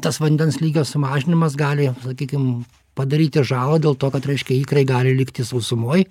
tas vandens lygio sumažinimas gali sakykim padaryti žalą dėl to kad reiškia ikrai gali likti sausumoj